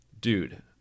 dude